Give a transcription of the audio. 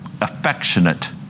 affectionate